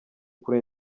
kuri